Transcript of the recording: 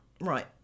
Right